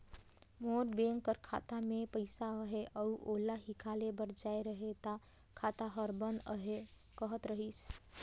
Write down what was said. मोर bank कर खाता में पइसा अहे अउ ओला हिंकाले बर जाए रहें ता खाता हर बंद अहे कहत रहिस